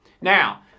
Now